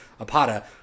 Apata